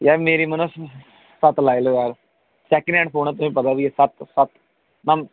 यार मेरी मन्नो सत्त लाई लैओ यार सेकंड हैंड फोन ऐ तुसें पता बी ऐ सत्त सत्त ना